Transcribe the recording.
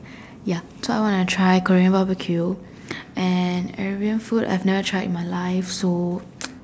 ya so I wanna try Korean barbecue and Arabian food I have never tried in my life so